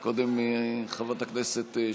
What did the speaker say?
אף פעם לא מאוחר מדי לתקן עוול.